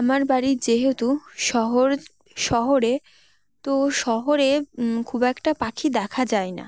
আমার বাড়ি যেহেতু শহর শহরে তো শহরে খুব একটা পাখি দেখা যায় না